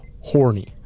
horny